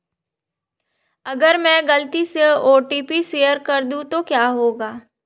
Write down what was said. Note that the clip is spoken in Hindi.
अगर मैं गलती से ओ.टी.पी शेयर कर दूं तो क्या होगा?